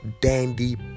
dandy